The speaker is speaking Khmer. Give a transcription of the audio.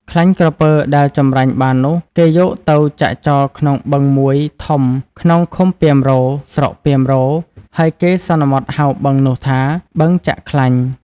ខ្លាញ់ក្រពើដែលចម្រាញ់បាននោះ គេយកទៅចាក់ចោលក្នុងបឹង ១ ធំ ក្នុងឃុំពាមរក៍ ស្រុកពាមរក៍ ហើយគេសន្មតហៅបឹងនោះថា “បឹងចាក់ខ្លាញ់”។